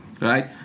right